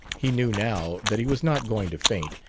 he knew, now, that he was not going to faint,